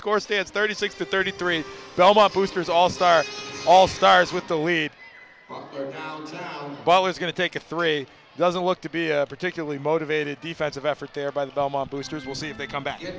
score stands thirty six to thirty three belmont boosters all star all stars with the lead ball is going to take a three doesn't look to be a particularly motivated defensive effort there by the belmont boosters we'll see if they come back